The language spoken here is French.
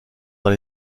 dans